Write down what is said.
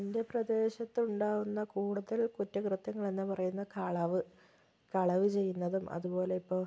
എന്റെ പ്രദേശത്തുണ്ടാകുന്ന കൂടുതല് കുറ്റകൃത്യങ്ങള് എന്ന് പറയുന്നത് കളവ് കളവ് ചെയ്യുന്നതും അതുപോലെ ഇപ്പോൾ